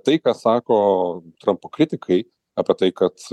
tai ką sako trampo kritikai apie tai kad